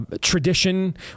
tradition